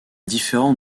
différent